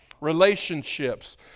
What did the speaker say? relationships